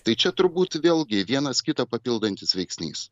tai čia turbūt vėlgi vienas kitą papildantis veiksnys